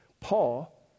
Paul